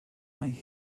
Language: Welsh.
mae